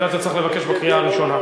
את זה אתה צריך לבקש בקריאה הראשונה.